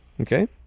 Okay